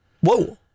Whoa